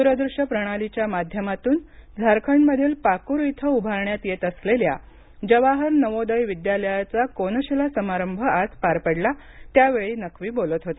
दूरदृश्य प्रणालीच्या माध्यमातून झारखंड मधील पाक्र येथे उभारण्यात येत असलेल्या जवाहर नवोदय विद्यालयाचा कोनशीला समारंभ आज पार पडला त्यावेळी नक्वी बोलत होते